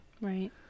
Right